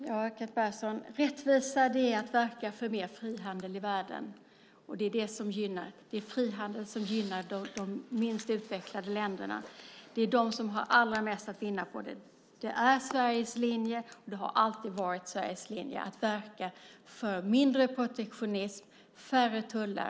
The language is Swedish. Fru talman! Rättvisa är att verka för mer frihandel i världen, Kent Persson. Det är frihandeln som gynnar de minst utvecklade länderna. Det är de som har allra mest att vinna på det. Det är Sveriges linje och har alltid varit Sveriges linje att verka för mindre protektionism och färre tullar.